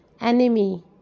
Enemy